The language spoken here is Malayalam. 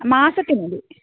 മാസത്തിൽ മതി